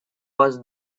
was